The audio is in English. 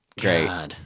Great